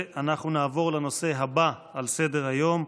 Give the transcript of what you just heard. אנחנו נעבור לנושא הבא על סדר-היום,